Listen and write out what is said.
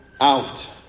out